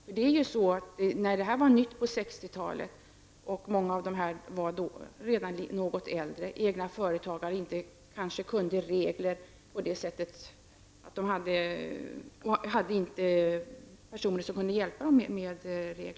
När detta system var nytt på 60-talet var många av dessa personer redan då något äldre egenföretagare och kunde kanske inte reglerna eller kunde inte få hjälp med dem.